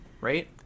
Right